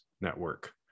network